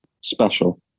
Special